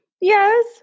Yes